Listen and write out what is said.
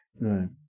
Right